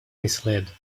misled